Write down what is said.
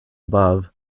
above